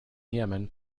yemen